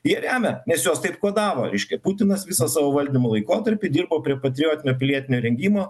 jie remia nes juos taip kodavo reiškia putinas visą savo valdymo laikotarpį dirbo prie patriotinio pilietinio rengimo